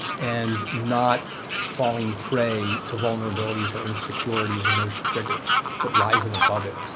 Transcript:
and not falling prey to vulnerabilities or insecurities and those triggers, but rising above it